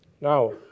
Now